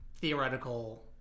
theoretical